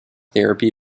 therapy